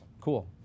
Cool